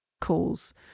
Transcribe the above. calls